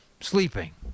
sleeping